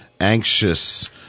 anxious